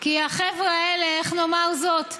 כי החבר'ה האלה, איך נאמר זאת?